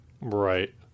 Right